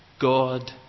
God